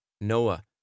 Noah